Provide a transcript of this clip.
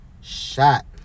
shot